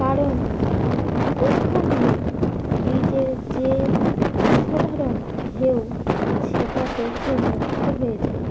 কারণ ওখানে বীজের যে অসাধারণ ঢেউ সেটা দেখে মুগ্ধ হয়ে যায়